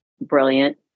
brilliant